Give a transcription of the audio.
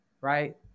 right